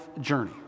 journey